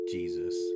Jesus